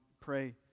pray